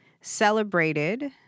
celebrated